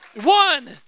one